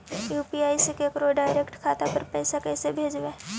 UPI से केकरो direct खाता पर पैसा कैसे भेजबै?